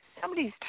somebody's